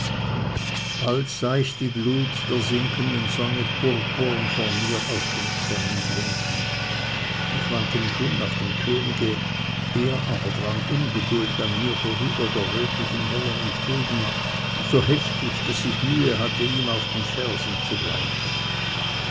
bald sah ich die glut der sinkenden sonne purpurn vor mir auf den stämmen blinken ich wandte mich um nach dem könige er aber drang ungeduldig an mir vorüber der rötlichen helle entgegen so heftig daß ich mühe hatte ihm auf den fersen zu bleiben